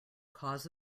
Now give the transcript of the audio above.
cause